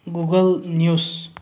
Google news